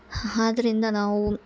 ಆದ್ರಿಂದ ನಾವು